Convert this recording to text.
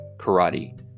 karate